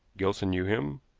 gilson knew him.